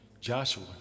Joshua